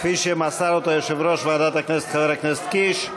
כפי שמסר אותה יושב-ראש ועדת הכנסת חבר הכנסת קיש.